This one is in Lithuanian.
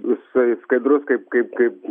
jisai skaidrus kaip kaip kaip